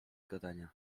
gadania